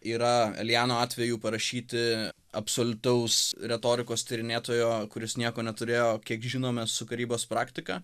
yra eliano atveju parašyti absoliutaus retorikos tyrinėtojo kuris nieko neturėjo kiek žinome su karybos praktika